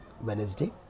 Wednesday